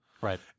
Right